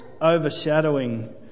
overshadowing